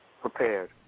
prepared